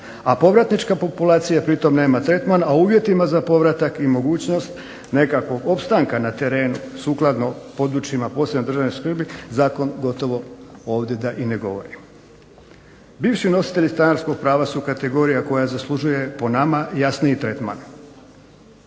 a povratnička populacija pri tome nema tretman, a uvjetima za povratak i mogućnost nekakvog opstanka na terenu sukladno područjima posebne državne skrbi zakon gotovo ovdje da i ne govorimo. Bivši nositelji stanarskog prava su kategorija koja zaslužuje po nama jasniji tretman.